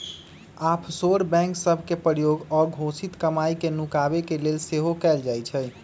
offshore bank सभ के प्रयोग अघोषित कमाई के नुकाबे के लेल सेहो कएल जाइ छइ